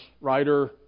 writer